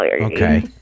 Okay